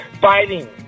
fighting